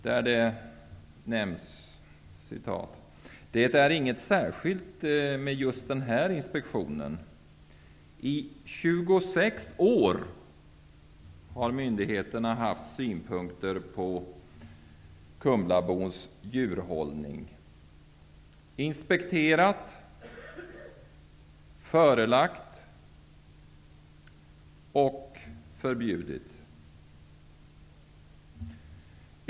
Där sägs följande: ''Det är inget särskilt med just den här inspektionen: i 26 år har myndigheterna haft synpunkter på kumlabons djurhållning -- inspekterat, förelagt, förbjudit.